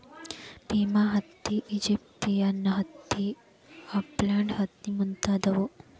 Pima ಹತ್ತಿ, Egyptian ಹತ್ತಿ, ಅಪ್ಲ್ಯಾಂಡ ಹತ್ತಿ ಮುಂತಾದವು